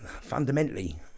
fundamentally